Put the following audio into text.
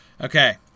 Okay